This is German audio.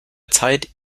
zeit